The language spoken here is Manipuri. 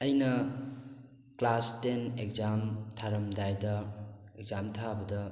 ꯑꯩꯅ ꯀ꯭ꯂꯥꯁ ꯇꯦꯟ ꯑꯦꯛꯖꯥꯝ ꯊꯥꯔꯝꯗꯥꯏꯗ ꯑꯦꯛꯖꯥꯝ ꯊꯥꯕꯗ